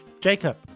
jacob